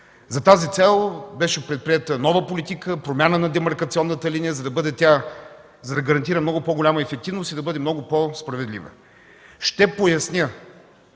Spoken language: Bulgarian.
За тази цел беше предприета нова политика – промяна на демаркационната линия, за да гарантира много по-голяма ефективност и да бъде много по-справедлива. Ще поясня,